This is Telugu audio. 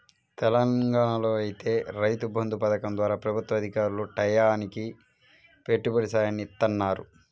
తెలంగాణాలో ఐతే రైతు బంధు పథకం ద్వారా ప్రభుత్వ అధికారులు టైయ్యానికి పెట్టుబడి సాయాన్ని ఇత్తన్నారు